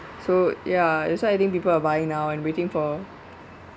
so ya that's why I think people are buying now and waiting for